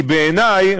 כי בעיני,